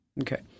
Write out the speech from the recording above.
Okay